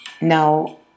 Now